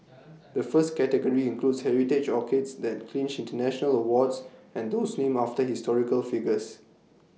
the first category includes heritage orchids that clinched International awards and those named after historical figures